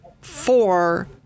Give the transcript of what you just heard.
four